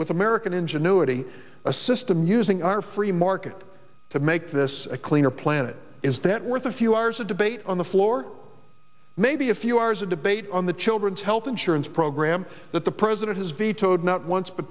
with american ingenuity a system using our free market to make this a cleaner planet is that worth a few hours of debate on the floor maybe a few hours of debate on the children's health insurance program that the president has vetoed not once